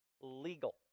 legal